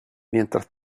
mientras